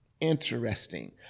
interesting